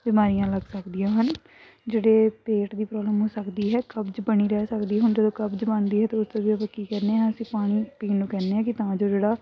ਬਿਮਾਰੀਆਂ ਲੱਗ ਸਕਦੀਆਂ ਹਨ ਜਿਹੜੇ ਪੇਟ ਦੀ ਪ੍ਰੋਬਲਮ ਹੋ ਸਕਦੀ ਹੈ ਕਬਜ਼ ਬਣੀ ਰਹਿ ਸਕਦੀ ਹੁਣ ਜਦੋਂ ਕਬਜ਼ ਬਣਦੀ ਹੈ ਅਤੇ ਉਸਤੋਂ ਜਦੋਂ ਕੀ ਕਹਿੰਦੇ ਹਾਂ ਅਸੀਂ ਪਾਣੀ ਪੀਣ ਨੂੰ ਕਹਿੰਦੇ ਹਾਂ ਕਿ ਤਾਂ ਜੋ ਜਿਹੜਾ